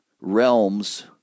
realms